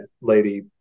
lady